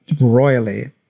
royally